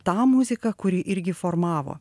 tą muziką kuri irgi formavo